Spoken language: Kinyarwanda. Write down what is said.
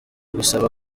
gusaba